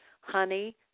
Honey